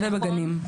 נכון,